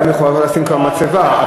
היום יכולים לשים כבר מצבה.